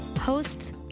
Hosts